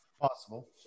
Possible